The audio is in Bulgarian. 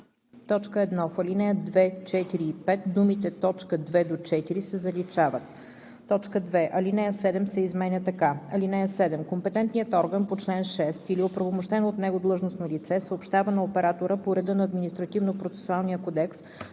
1. В ал. 2, 4 и 5 думите „т. 2 – 4“ се заличават. 2. Алинея 7 се изменя така: „(7) Компетентният орган по чл. 6 или оправомощено от него длъжностно лице съобщава на оператора по реда на Административнопроцесуалния кодекс